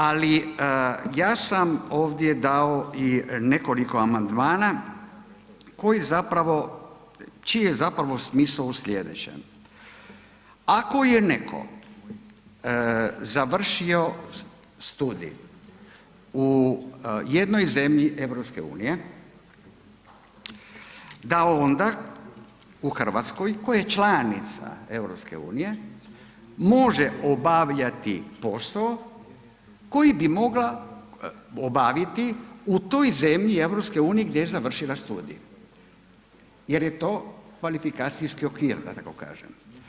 Ali ja sam ovdje dao i nekoliko amandmana koji zapravo, čiji je zapravo smisao u slijedećem, ako je netko završio studij u jednoj zemlji EU, da onda u RH koja je članica EU, može obavljati posao koji bi mogla obaviti u toj zemlji EU gdje je završila studij jer je to kvalifikacijski okvir da tako kažem.